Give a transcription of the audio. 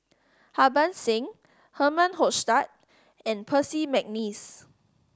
Harbans Singh Herman Hochstadt and Percy McNeice